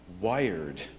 wired